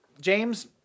James